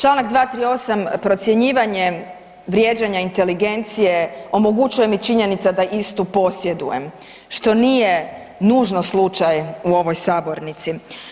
Članak 238., procjenjivanje vrijeđanja inteligencije omogućuje mi činjenica da istu posjedujem što nije nužno slučaj u ovoj sabornici.